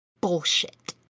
bullshit